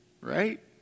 Right